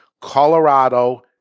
Colorado